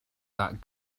that